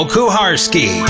Kuharski